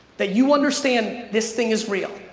that you understand this thing is real.